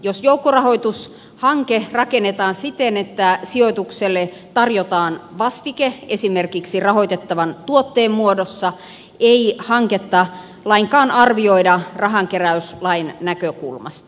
jos joukkorahoitushanke rakennetaan siten että sijoitukselle tarjotaan vastike esimerkiksi rahoitettavan tuotteen muodossa ei hanketta lainkaan arvioida rahankeräyslain näkökulmasta